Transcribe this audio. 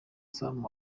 sam